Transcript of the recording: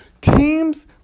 Teams